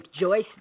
Joyce